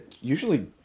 usually